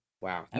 Wow